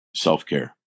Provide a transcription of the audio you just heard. Self-care